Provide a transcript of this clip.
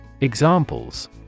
Examples